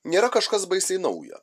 nėra kažkas baisiai nauja